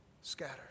scatters